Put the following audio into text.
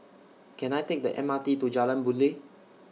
Can I Take The M R T to Jalan Boon Lay